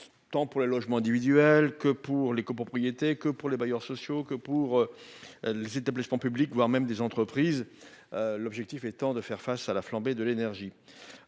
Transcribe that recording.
Tant pour les logements individuels que pour les copropriétés que pour les bailleurs sociaux que pour. Les établissements publics, voire même des entreprises. L'objectif étant de faire face à la flambée de l'énergie.